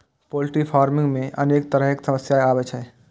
poultry farming मे अनेक तरहक समस्या आबै छै